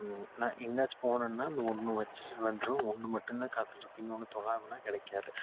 நான் எங்கேயாச்சும் போனேன்னால் அந்த ஒன்று வச்சு வச்சிட்டு வந்துடும் ஒன்று மட்டுந்தான் காதில் இருக்கும் இன்னொன்று தொழாவுனால் கிடைக்காது